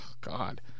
God